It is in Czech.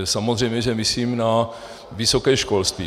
Samozřejmě myslím na vysoké školství.